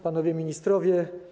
Panowie Ministrowie!